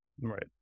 Right